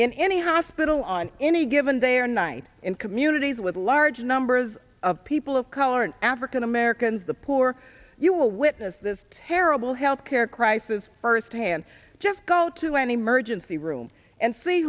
in any hospital on any given day or night in communities with large numbers of people of color and african americans the poor you will witness this terrible health care crisis firsthand just go to an emergency room and see